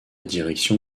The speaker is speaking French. direction